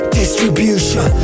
distribution